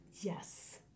Yes